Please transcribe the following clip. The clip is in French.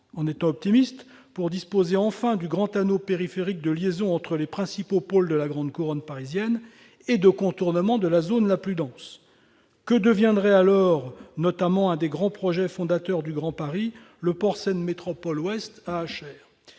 en étant optimiste-pour disposer enfin du grand anneau périphérique de liaison entre les principaux pôles de la grande couronne parisienne et de contournement de la zone la plus dense ? Que deviendrait alors l'un des grands projets fondateurs du Grand Paris, le port Seine-Métropole Ouest, à Achères ?